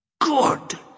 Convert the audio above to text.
Good